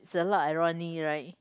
it's a lot irony right